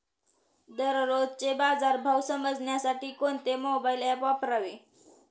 दररोजचे बाजार भाव समजण्यासाठी कोणते मोबाईल ॲप वापरावे?